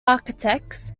architects